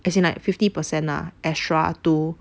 as in like fifty percent ah extra two